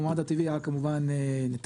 באופן טבעי זו כמובן נתניה,